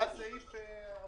לא מצביעים על סעיף --- אתה בעד?